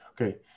Okay